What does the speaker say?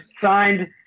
Signed